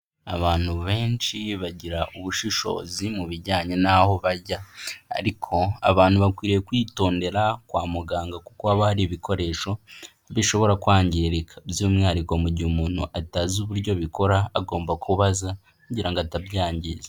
Abantu benshi bagira ubushishozi mu bijyanye n'aho bajya ariko abantu bakwiriye kwitondera kwa muganga kuko haba hari ibikoresho bishobora kwangirika, by'umwihariko mu gihe umuntu atazi uburyo bikora agomba kubaza kugira ngo atabyangiza.